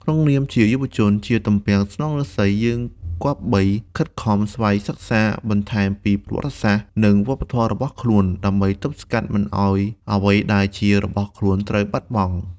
ក្នុងនាមជាយុវជន ជាទំពាំងស្នងឫស្សី យើងគប្បីខិតខំស្វ័យសិក្សាបន្ថែមពីប្រវត្តិសាស្ត្រ និងវប្បធម៌របស់ខ្លួន ដើម្បីទប់ស្កាត់មិនឱ្យអ្វីដែលជារបស់ខ្លួនត្រូវបាត់បង់។